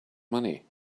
money